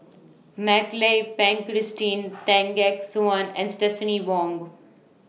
Mak Lai Peng Christine Tan Gek Suan and Stephanie Wong